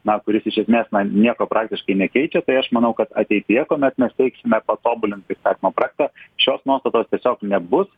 na kuris iš esmės na nieko praktiškai nekeičia tai aš manau kad ateityje kuomet mes teiksime patobulintą istatymo projektą šios nuostatos tiesiog nebus